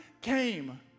came